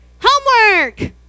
Homework